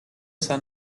son